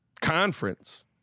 conference